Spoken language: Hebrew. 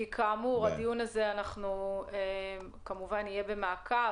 הדיון הזה יהיה במעקב,